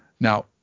Now